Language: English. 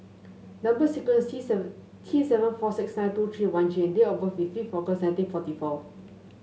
number sequence is T seven T seven four six nine two three one G and date of birth is fifth August nineteen forty four